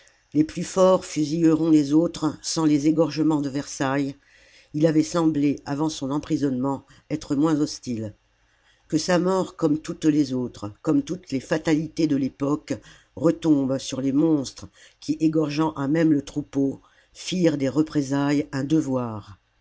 les plus forts fusilleront les autres sans les égorgements de versailles il avait semblé avant son emprisonnement être moins hostile que sa mort comme toutes les autres comme toutes les fatalités de l'époque retombe sur les monstres qui égorgeant à même le troupeau firent des représailles un devoir